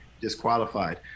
disqualified